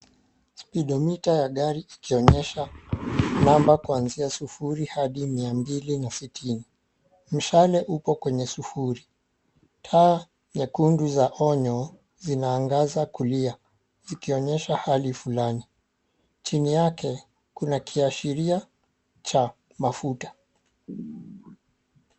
Spidomita ya gari ikionyesha namba kuanzia sufuri hadi mia mbili na sitini. Mshale uko kwenye sufuri. Taa nyekundu za onyo zinaangaza kulia ,zikionyesha hali fulani. Chini yake kuna kiashiria cha mafuta.